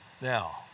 Now